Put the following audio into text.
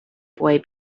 boy